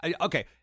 okay